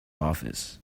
office